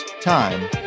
time